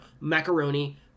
macaroni